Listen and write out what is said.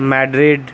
Madrid